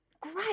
great